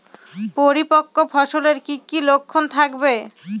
পরিপক্ক ফসলের কি কি লক্ষণ থাকবে?